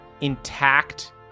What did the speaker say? intact